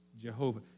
Jehovah